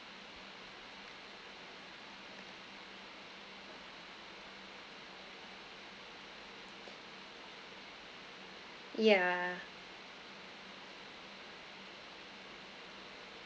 yeah